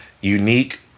unique